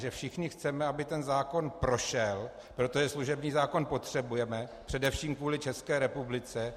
A že všichni chceme, aby ten zákon prošel, protože služební zákon potřebujeme především kvůli České republice.